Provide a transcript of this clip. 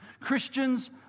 Christians